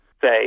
say